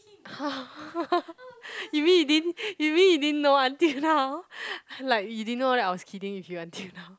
you mean you didn't you mean you didn't know until now like you didn't know that I was kidding with you until now